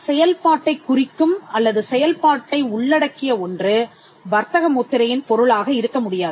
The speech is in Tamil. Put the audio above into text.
செயல்பாட்டைக் குறிக்கும் அல்லது செயல்பாட்டை உள்ளடக்கிய ஒன்று வர்த்தக முத்திரையின் பொருளாக இருக்க முடியாது